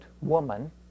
woman